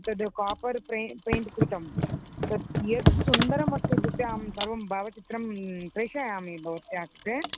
तद् कापर् पे पेय्ण्ट् कृतं तत् कियद् सुन्दरमस्ति इत्युक्ते अहं सर्वं भावचित्रं प्रेषयामि भवत्याः कृते